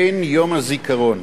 בין יום הזיכרון